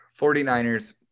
49ers